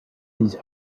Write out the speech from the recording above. these